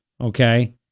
Okay